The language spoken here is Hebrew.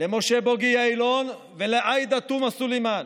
למשה בוגי יעלון ולעאידה תומא סלימאן,